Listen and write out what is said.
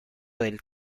del